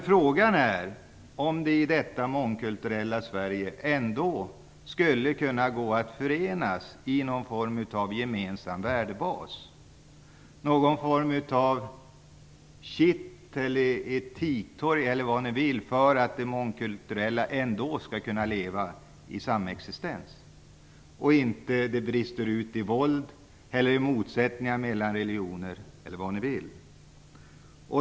Frågan är dock om inslagen i detta mångkulturella Sverige ändå skulle kunna gå att förena i någon form av gemensam värdebas. Det kan vara fråga om ett kitt, ett etiktorg eller vad ni vill för att alla delar i det mångkulturella samhället ändå skall kunna leva i samexistens, så att det inte bryter ut i våld, motsättningar mellan religioner m.m.